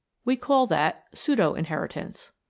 we call that pseudo-inheritance.